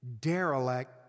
derelict